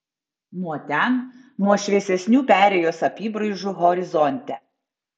nuo ten nuo šviesesnių perėjos apybraižų horizonte